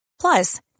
Plus